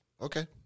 Okay